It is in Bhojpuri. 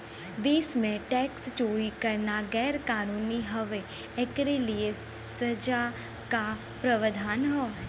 देश में टैक्स चोरी करना गैर कानूनी हउवे, एकरे लिए सजा क प्रावधान हौ